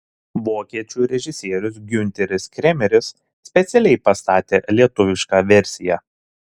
vokiečių režisierius giunteris kremeris specialiai pastatė lietuvišką versiją